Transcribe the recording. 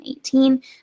2018